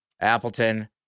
Appleton